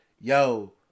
yo